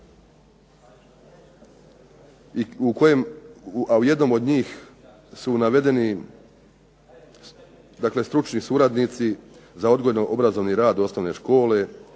a u jednom od njih su navedeni stručni suradnici za odgojno-obrazovni rad osnovne škole